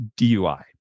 dui